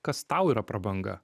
kas tau yra prabanga